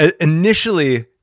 initially